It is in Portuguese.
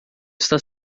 está